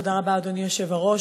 תודה רבה, אדוני היושב-ראש.